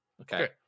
Okay